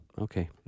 Okay